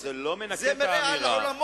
זה לא מנקה אותו מהאמירה?